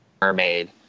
mermaid